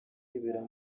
yibera